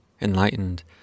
enlightened